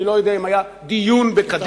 אני לא יודע אם היה דיון בקדימה.